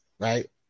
Right